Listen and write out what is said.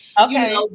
okay